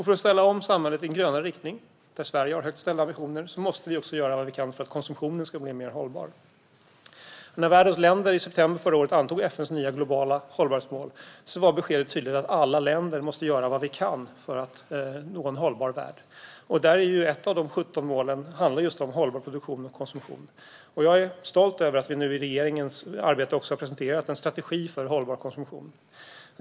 För att ställa om samhället till en grönare riktning, där Sverige har högt ställda visioner, måste vi också göra vad vi kan för att konsumtionen ska bli mer hållbar. När världens länder i september förra året antog FN:s nya globala hållbarhetsmål var beskedet tydligt: Alla länder måste göra vad de kan för att nå en hållbar värld. Ett av de 17 målen handlar just om hållbar produktion och konsumtion. Jag är stolt över att vi i regeringen har presenterat en strategi för hållbar konsumtion.